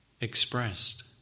expressed